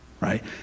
right